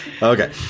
Okay